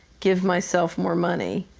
give myself more money,